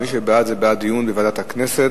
מי שבעד, זה בעד דיון בוועדת הכנסת.